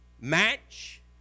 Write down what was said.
match